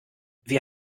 wir